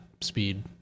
speed